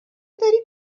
داری